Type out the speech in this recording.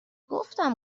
گفتم